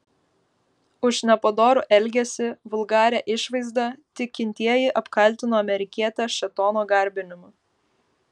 už nepadorų elgesį vulgarią išvaizdą tikintieji apkaltino amerikietę šėtono garbinimu